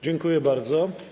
Dziękuję bardzo.